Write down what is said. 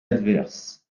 adverse